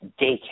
daycare